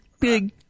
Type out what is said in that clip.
big